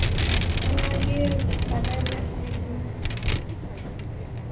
ᱚᱱᱟᱜᱮ ᱵᱟᱰᱟᱭ ᱨᱮᱱᱟᱜ ᱛᱟᱦᱮᱸ ᱠᱟᱱᱟ